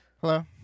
Hello